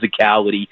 physicality